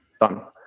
Done